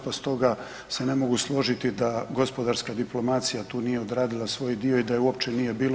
Pa stoga se ne mogu složiti da gospodarska diplomacija tu nije odradila svoj dio i da je uopće nije bilo.